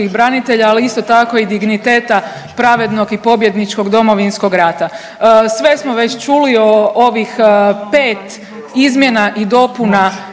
ali isto tako i digniteta pravednog i pobjedničkog Domovinskog rata. Sve smo već čuli o ovih pet izmjena i dopuna